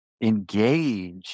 engage